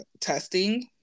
testing